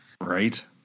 Right